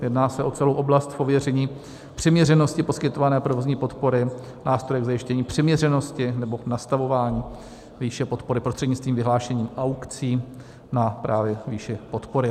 Jedná se o celou oblast v ověření přiměřenosti poskytované provozní podpory, nástroje k zajištění přiměřenosti nebo v nastavování výše podpory prostřednictvím vyhlášení aukcí právě na výši podpory.